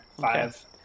Five